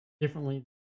differently